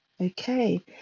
okay